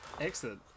Excellent